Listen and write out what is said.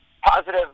positive